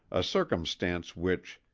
a circumstance which,